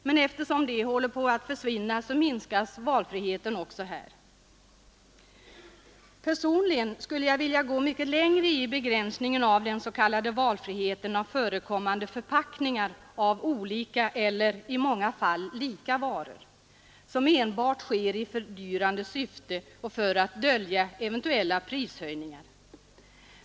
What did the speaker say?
Men eftersom de håller på att försvinna, minskas valfriheten också där. Personligen skulle jag vilja gå mycket längre i begränsningen av den s.k. valfriheten av förekommande förpackningar av olika eller i många fall lika varor, som enbart sker i fördyrande syfte och för att dölja eventuella prishöjningar.